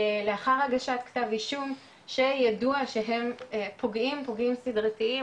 לאחר כתב אישום שידוע שהם פוגעים סדרתיים,